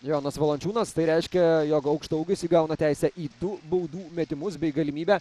jonas valančiūnas tai reiškia jog aukštaūgis įgauna teisę į du baudų metimus bei galimybę